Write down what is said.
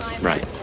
Right